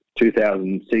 2006